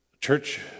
Church